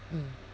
mm